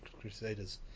Crusaders